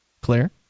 claire